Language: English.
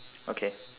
okay